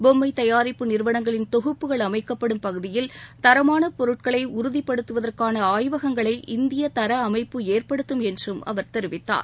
பொம்மை தயாரிப்பு நிறுவனங்களின் தொகுப்புகள் அமைக்கப்படும் பகுதியில் தரமான பொருட்களை உறுதிபடுத்துவதற்கான ஆய்வகங்களை இந்திய தர அமைப்பு ஏற்படுத்தும் என்றும் அவர் தெரிவித்தார்